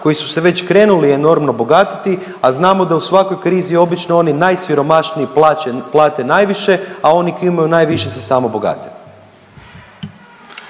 koji su se već krenuli enormno bogatiti, a znamo da u svakoj krizi obično oni najsiromašniji plate najviše, a oni koji imaju najviše se samo bogate?